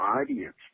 audience